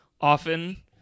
often